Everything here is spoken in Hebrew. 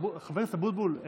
חבר הכנסת אבוטבול,